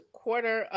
quarter